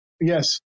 Yes